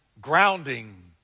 grounding